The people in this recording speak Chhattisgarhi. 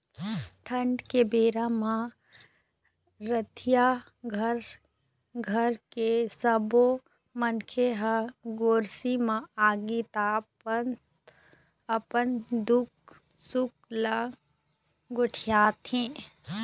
ठंड के बेरा म रतिहा घर के सब्बो मनखे ह गोरसी म आगी तापत अपन दुख सुख ल गोठियाथे